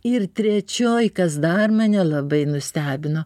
ir trečioj kas dar mane labai nustebino